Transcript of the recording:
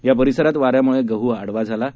या परिसरात वाऱ्यामुळे गहू आडावा झाला आहे